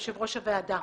יושב-ראש הוועדה,